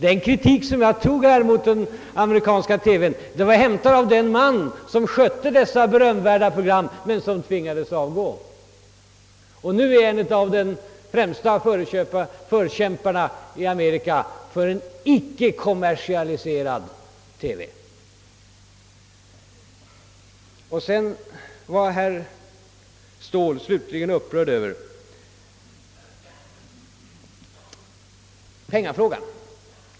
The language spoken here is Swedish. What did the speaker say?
Den kritik mot det amerikanska TV-systemet som jag citerade hade framförts av just den man som ledde dessa berömvärda program men som tvingades avgå och nu är en av de främsta förkämparna för en icke kommersialiserad TV i USA. Herr Ståhl var upprörd över mitt uttalande i penningfrågan.